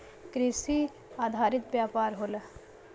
कृषि आधारित व्यापार होला